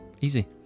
Easy